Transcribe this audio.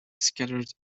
scattered